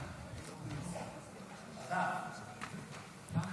אדוני, אחריו.